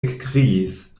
ekkriis